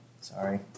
Sorry